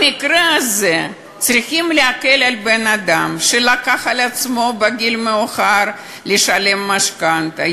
במקרה הזה צריכים להקל על בן-אדם שלקח על עצמו בגיל מאוחר לשלם משכנתה,